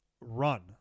run